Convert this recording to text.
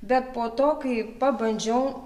bet po to kai pabandžiau